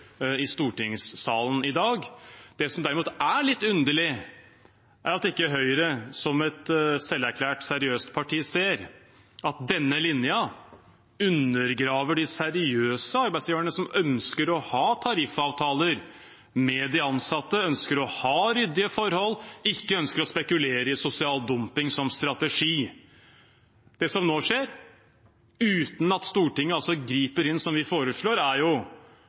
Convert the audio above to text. i stortingssalen i dag. Det som derimot er litt underlig, er at ikke Høyre, som et selverklært seriøst parti, ser at denne linjen undergraver de seriøse arbeidsgiverne som ønsker å ha tariffavtaler med de ansatte, ønsker å ha ryddige forhold, og ikke ønsker å spekulere i sosial dumping som strategi. Det som nå skjer, uten at Stortinget griper inn, som vi foreslår, er